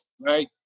right